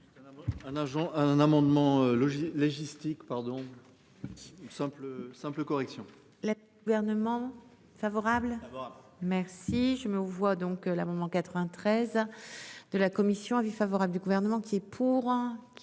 un amendement. Logistique, pardon. Simple simple correction. Le gouvernement favorable. Merci. Je me vois donc l'amendement 93. De la Commission, avis favorable du gouvernement qui pour